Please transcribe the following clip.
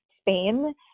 Spain